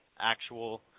actual